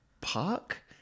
park